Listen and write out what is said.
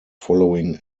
following